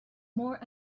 more